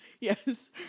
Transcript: Yes